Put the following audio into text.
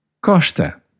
Costa